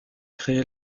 créé